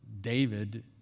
David